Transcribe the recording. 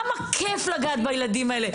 כמה כיף לגעת בילדים האלה.